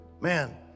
man